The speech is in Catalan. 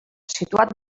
situat